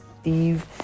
Steve